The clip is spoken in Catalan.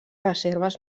reserves